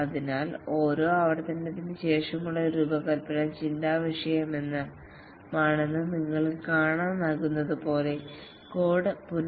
അതിനാൽ ഓരോ ആവർത്തനത്തിനുശേഷമുള്ള രൂപകൽപ്പന ചിന്താവിഷയമാണെന്ന് നിങ്ങൾക്ക് കാണാനാകുന്നതുപോലെ കോഡ് പുന